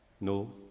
No